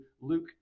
Luke